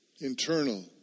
Internal